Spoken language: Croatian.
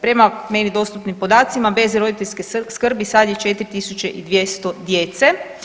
Prema meni dostupnim podacima bez roditeljske skrbi sad je 4200 djece.